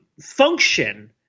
function